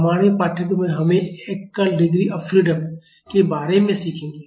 हमारे पाठ्यक्रम में हम एकल डिग्री ऑफ फ्रीडम के बारे में सीखेंगे